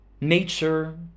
Nature